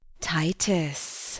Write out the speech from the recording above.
Titus